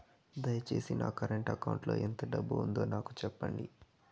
దయచేసి నా current account లో ఎంత డబ్బు ఉందో నాకు సెప్పండి